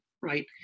Right